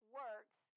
works